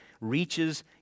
reaches